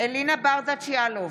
אלינה ברדץ' יאלוב,